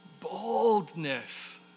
boldness